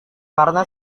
karena